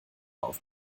auf